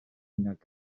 nag